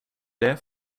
det